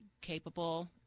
capable